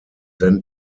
then